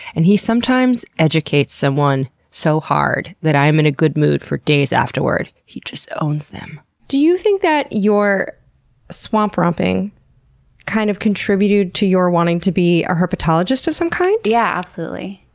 and he sometimes educates someone so hard that i am in a good mood for days afterward. he just owns them. do you think that your swamp romping kind of contributed to your wanting to be a herpetologist of some kind? yeah, absolutely.